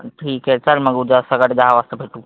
ठीक आहे चल मग उद्या सकाळी दहा वाजता भेटू